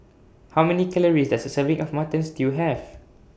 How Many Calories Does A Serving of Mutton Stew Have